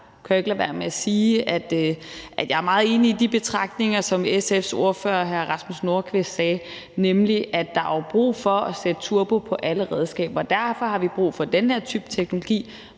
jeg er meget enig i de betragtninger, som SF's ordfører, hr. Rasmus Nordqvist, kom med, nemlig at der er brug for at sætte turbo på alle redskaber, og at vi derfor har brug for den her type teknologi,